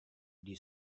дии